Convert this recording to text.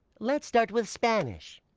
let's start with spanish.